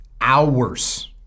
hours